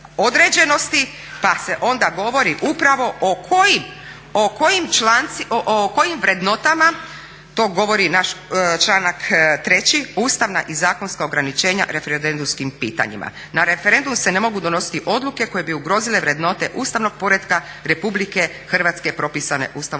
pa se onda govori upravo o kojim člancima, o kojim vrednotama to govori naš članak 3.ustavna i zakonska ograničenja referendumskim pitanjima. Na referendumu se ne mogu donositi odluke koje bi ugrozile vrednote ustavnog poretka RH propisane Ustavom